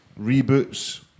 reboots